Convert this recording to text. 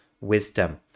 wisdom